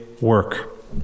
work